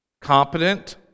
competent